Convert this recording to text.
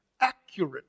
accurate